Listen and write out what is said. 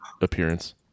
appearance